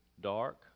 dark